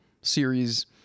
series